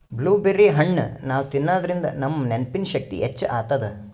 blueberry ಹಣ್ಣ್ ನಾವ್ ತಿನ್ನಾದ್ರಿನ್ದ ನಮ್ ನೆನ್ಪಿನ್ ಶಕ್ತಿ ಹೆಚ್ಚ್ ಆತದ್